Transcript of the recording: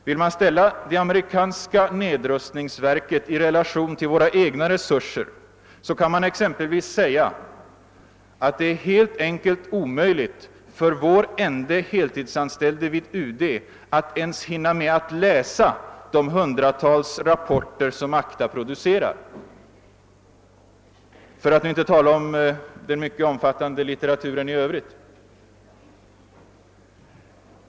Vill man ställa det amerikanska nedrustningsverket i relation till våra egna resurser kan man exempelvis säga att det heit enkelt är omöjligt för vår ende heltidsanställde vid UD att ens hinna med att läsa de hundratals rapporter som ACDA producerar — för att nu inte tala om den mycket omfattande litteraturen i övrigt.